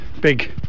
big